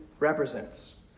Represents